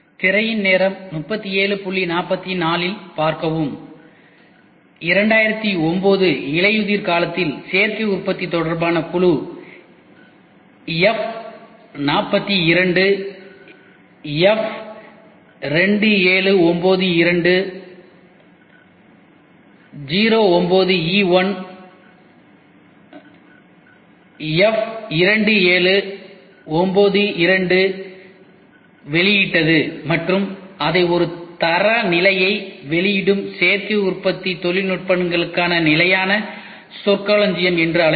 திரையின் நேரம் 3744 இல் பார்க்கவும் 2009 இலையுதிர்காலத்தில் சேர்க்கை உற்பத்தி தொடர்பான குழு F42 F2792 09e1 F2792 வெளியிட்டது மற்றும் அதை ஒரு தரநிலையை வெளியிடும் சேர்க்கை உற்பத்தி தொழில்நுட்பங்களுக்கான நிலையான சொற்களஞ்சியம் என்று அழைத்தது